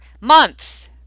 months